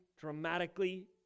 dramatically